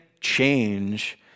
change